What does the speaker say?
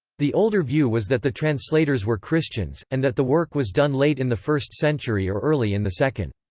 the older view was that the translators were christians, and that the work was done late in the first century or early in the second.